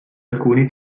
alcuni